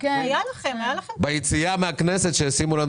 שישימו לנו שלטי חוצות ביציאה מהכנסת.